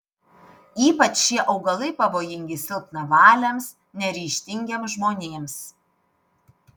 ypač šie augalai pavojingi silpnavaliams neryžtingiems žmonėms